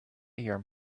here